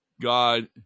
God